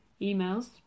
Emails